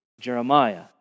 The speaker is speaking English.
Jeremiah